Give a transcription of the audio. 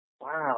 Wow